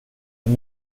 det